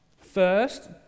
First